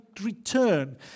return